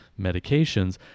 medications